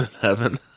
heaven